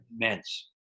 immense